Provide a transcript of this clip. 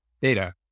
data